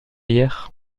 hier